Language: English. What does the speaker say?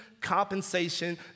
compensation